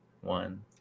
one